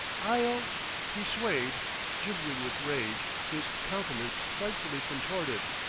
i'll he swayed gibbering with rage, his countenance frightfully contorted,